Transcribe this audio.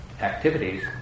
activities